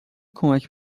کمک